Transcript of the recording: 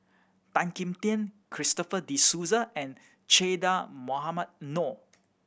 Tan Kim Tian Christopher De Souza and Che Dah Mohamed Noor